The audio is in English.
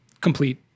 complete